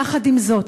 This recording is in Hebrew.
יחד עם זאת,